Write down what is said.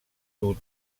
sud